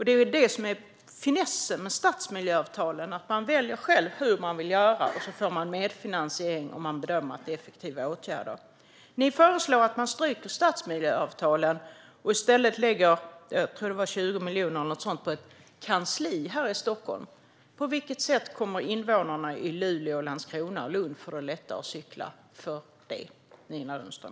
Det är det som är finessen med stadsmiljöavtalen: Man väljer själv hur man vill göra, och så får man medfinansiering om det bedöms vara effektiva åtgärder. Ni föreslår att man stryker stadsmiljöavtalen och i stället lägger 20 miljoner eller något sådant på ett kansli här i Stockholm. På vilket sätt kommer det att göra att det blir lättare att cykla för invånarna i Luleå, Landskrona och Lund, Nina Lundström?